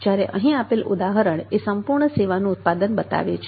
જ્યારે અહીં આપેલ ઉદાહરણ એ સંપૂર્ણ સેવાનું ઉત્પાદન બતાવે છે